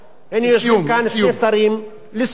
הנה, יושבים כאן שני שרים, לסיום, לסיום.